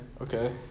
Okay